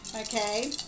Okay